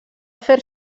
fer